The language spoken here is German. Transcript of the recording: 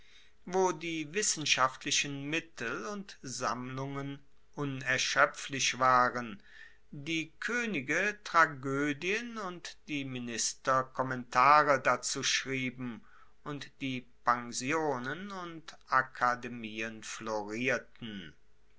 wo die wissenschaftlichen mittel und sammlungen unerschoepflich waren die koenige tragoedien und die minister kommentare dazu schrieben und die pensionen und akademien florierten